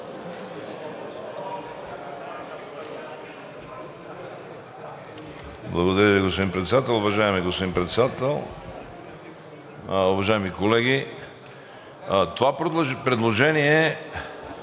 Благодаря Ви, господин Председател. Уважаеми господин Председател, уважаеми колеги! Това предложение